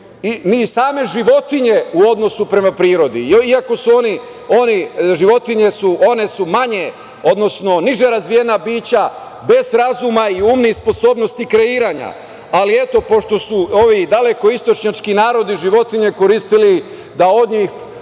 ni same životinje u odnosu prema prirodi, iako su životinje niže razvijena bića, bez razuma i umnih sposobnosti i kreiranja, ali pošto su ovi daleko istočnjački narodi životinje koristili da od njih